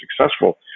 successful